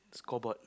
scoreboard